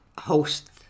host